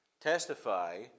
testify